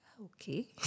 okay